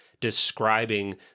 describing